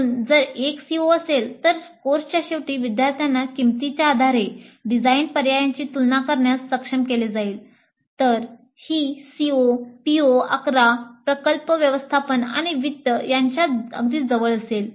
म्हणून जर एक CO असेल तर कोर्सच्या शेवटी विद्यार्थ्यांना किंमतीच्या आधारे डिझाइन पर्यायांची तुलना करण्यास सक्षम केले जाईल तर ही CO PO 11 प्रकल्प व्यवस्थापन आणि वित्त यांच्या अगदी जवळ असेल